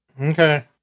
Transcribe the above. Okay